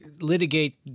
litigate